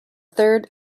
third